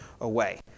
away